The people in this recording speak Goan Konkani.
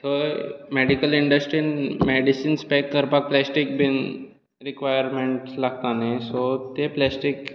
थंय मॅडिकल इंडस्ट्रीन मॅडीसीन्स पॅक करपाक प्लास्टीक बीन रिक्वायरमँट्स लागता न्ही सो ते प्लास्टिक